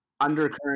undercurrent